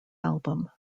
album